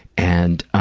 and